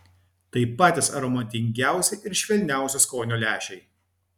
tai patys aromatingiausi ir švelniausio skonio lęšiai